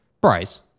Bryce